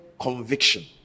conviction